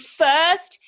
first